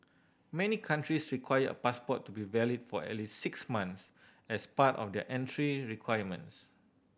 many countries require a passport to be valid for at least six months as part of their entry requirements